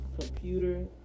computer